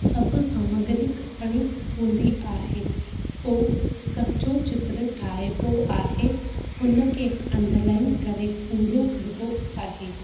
सभु सामाग्री खपिणी हूंदी आहे पोइ कचो चित्र ठाहिबो आहे हुनखे अंडरलाइन करे पूरो करिबो आहे